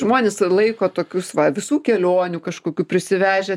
žmonės laiko tokius va visų kelionių kažkokių prisivežę